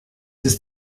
ist